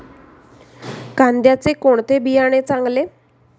कांद्याचे कोणते बियाणे चांगले?